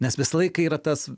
nes visą laiką yra tas